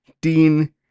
Dean